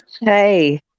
Hey